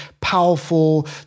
powerful